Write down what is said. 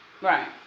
Right